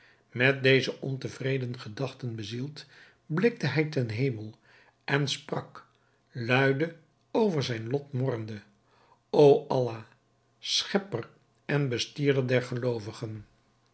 met deze ontevreden gedachten bezield blikte hij ten hemel en sprak luide over zijn lot morrende o allah schepper en bestierder der geloovigen